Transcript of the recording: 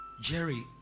Jerry